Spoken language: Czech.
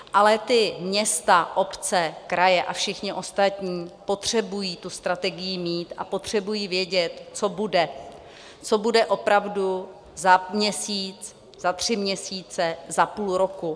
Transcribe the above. Ale ta města, obce, kraje a všichni ostatní potřebují tu strategii mít a potřebují vědět, co bude, co bude opravdu za měsíc, za tři měsíce, za půl roku.